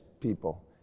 people